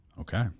Okay